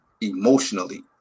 emotionally